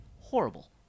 horrible